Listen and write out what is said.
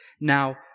Now